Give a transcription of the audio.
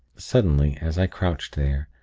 suddenly, as i crouched there,